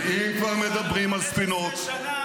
ואם כבר מדברים על ספינות --- 15 שנה